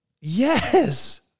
Yes